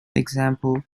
example